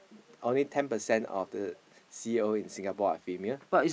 only ten percent of the C_E_O in Singapore are female